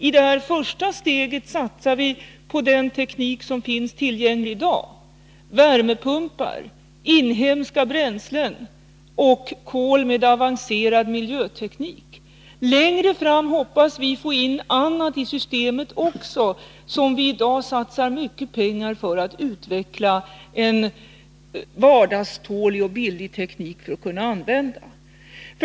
I detta första steg satsar vi på den teknik som finns tillgänglig i dag — värmepumpar, inhemska bränslen och kol med avancerad miljöteknik. Vi hoppas att längre fram få in också annat i systemet. Vi satsar i dag mycket pengar på att utveckla en vardagstålig och billig teknik som kan användas.